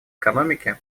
экономики